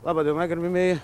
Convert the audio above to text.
laba diena gerbiamieji